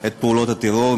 את פעולות הטרור.